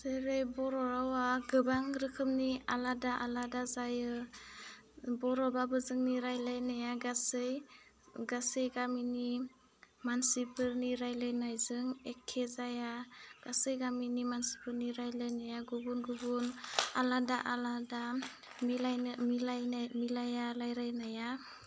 जेरै बर' रावआ गोबां रोखोमनि आलादा आलादा जायो बर'बाबो जोंनि रायलायनाया गासै गासै गामिनि मानसिफोरनि रायलायनायजों एखे जाया गासै गामिनि मानसिफोरनि रायलायनाया गुबुन गुबुन आलादा आलादा मिलायनो मिलायनो मिलाया रायलायनाया